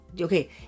Okay